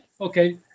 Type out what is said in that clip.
okay